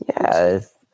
Yes